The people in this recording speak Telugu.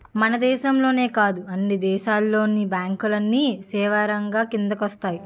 మన దేశంలోనే కాదు అన్ని దేశాల్లోను బ్యాంకులన్నీ సేవారంగం కిందకు వస్తాయి